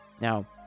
now